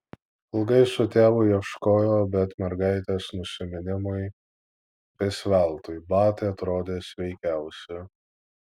ilgai su tėvu ieškojo bet mergaitės nusiminimui vis veltui batai atrodė sveikiausi